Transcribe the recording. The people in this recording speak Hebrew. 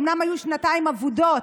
אומנם היו שנתיים אבודות,